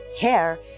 hair